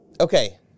okay